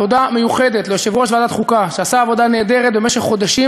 תודה מיוחדת ליושב-ראש ועדת חוקה שעשה עבודה נהדרת במשך חודשים